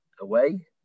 away